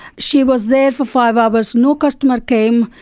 she was there for five hours, no customers came,